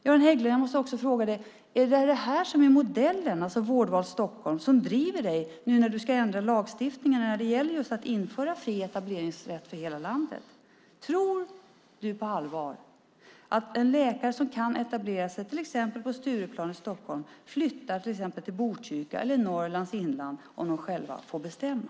Jag måste också fråga Göran Hägglund: Är det Vårdval Stockholm som är modellen som driver ministern nu när ni ska ändra lagstiftningen när det gäller just att införa fri etableringsrätt för hela landet? Tror ministern på allvar att läkare som kan etablera sig till exempel på Stureplan i Stockholm flyttar till exempel till Botkyrka eller Norrlands inland om de själva får bestämma?